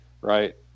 right